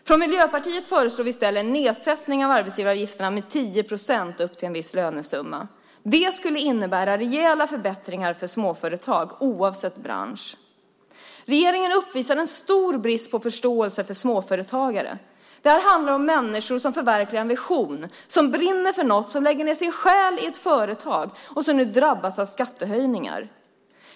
Från Miljöpartiet föreslår vi i stället en nedsättning av arbetsgivaravgifterna med 10 procent upp till en viss lönesumma. Det skulle innebära rejäla förbättringar för småföretag oavsett bransch. Regeringen uppvisar en stor brist på förståelse för småföretagare. Det här handlar om människor som förverkligar en ambition, som brinner för något, som lägger ned sin själ i ett företag och som nu drabbas av skattehöjningar.